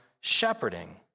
shepherding